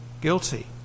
guilty